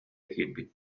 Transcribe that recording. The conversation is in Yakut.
киирбит